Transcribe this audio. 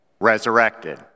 resurrected